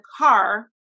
car